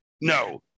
no